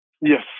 Yes